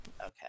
Okay